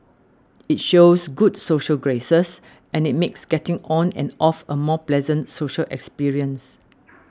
it shows good social graces and it makes getting on and off a more pleasant social experience